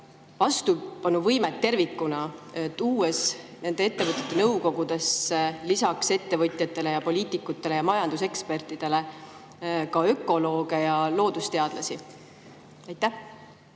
vastupanuvõimet tervikuna, tuues nende ettevõtete nõukogudesse lisaks ettevõtjatele, poliitikutele ja majandusekspertidele ka ökolooge ja loodusteadlasi? Austatud